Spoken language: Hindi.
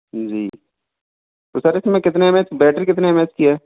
जी तो सर इसमें कितने बैटरी कितने एम एच की है